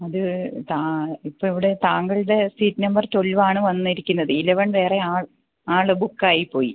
അത് ഇപ്പം ഇവിടെ താങ്കളുടെ സീറ്റ് നമ്പർ ട്വൽവ് ആണ് വന്നിരിക്കുന്നത് ഇലവൻ വേറെയാൾ ആള് ബുക്ക് ആയി പോയി